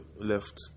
left